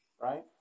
right